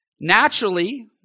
Naturally